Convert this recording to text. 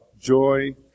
joy